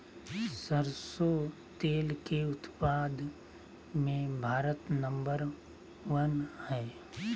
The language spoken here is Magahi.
सरसों तेल के उत्पाद मे भारत नंबर वन हइ